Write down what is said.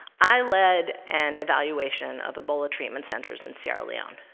i led an evaluation of ebola treatment centers in sierra leone.